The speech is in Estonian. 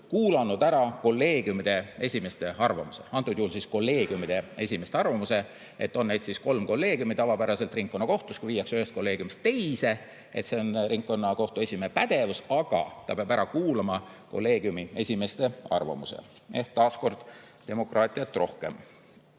"kuulanud ära kolleegiumide esimeeste arvamuse". Antud juhul kolleegiumide esimeeste arvamuse – meil on tavapäraselt kolm kolleegiumi ringkonnakohtus –, et kui viiakse ühest kolleegiumist teise, siis see on ringkonnakohtu esimehe pädevus, aga ta peab ära kuulama kolleegiumi esimeeste arvamuse. Ehk taas kord on demokraatiat rohkem.